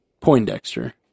Poindexter